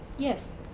yes,